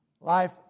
life